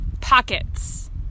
Pockets